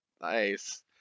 Nice